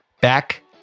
Back